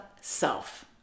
self